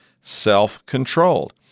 self-controlled